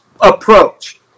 approach